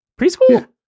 Preschool